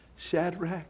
Shadrach